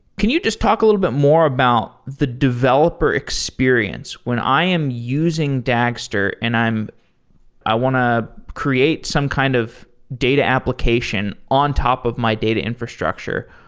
can you just talk a little bit more about the developer experience when i am using dagster and i'm i want to create some kind of data application on top of my data infrastructure,